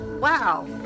Wow